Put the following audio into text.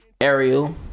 ariel